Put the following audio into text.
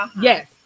Yes